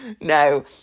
No